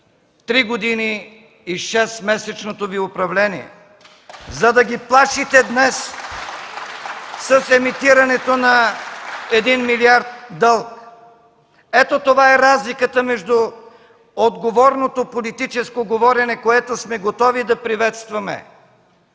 три години и шестмесечното Ви управление (ръкопляскания от ДПС), за да ги плашите днес с емитирането на един милиард дълг. Ето това е разликата между отговорното политическо говорене, което сме готови да приветстваме,